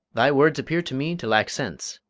thy words appear to me to lack sense.